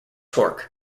torque